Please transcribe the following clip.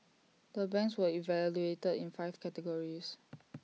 the banks were evaluated in five categories